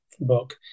book